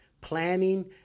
planning